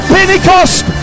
Pentecost